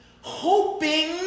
hoping